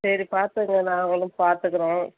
சரி பார்த்துகோ நாங்களும் பார்த்துக்குறோம்